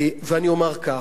ואני אומר כך: